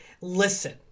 listen